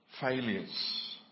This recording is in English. failures